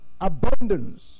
abundance